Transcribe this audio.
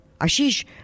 Ashish